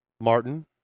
Martin